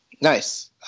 Nice